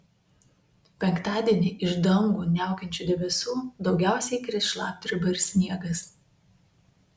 penktadienį iš dangų niaukiančių debesų daugiausiai kris šlapdriba ir sniegas